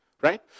Right